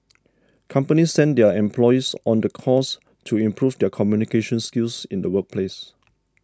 companies send their employees on the course to improve their communication skills in the workplace